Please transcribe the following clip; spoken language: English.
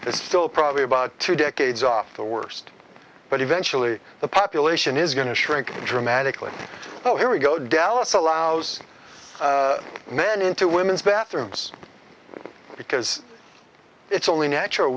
it's still probably about two decades off the worst but eventually the population is going to shrink dramatically oh here we go dallas allows men into women's bathrooms because it's only natural